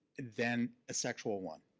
than a sexual one.